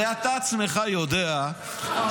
הרי אתה בעצמך יודע שאצלנו,